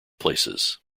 places